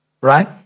right